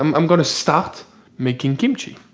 i'm gonna start making kimchi.